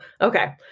Okay